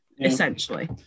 essentially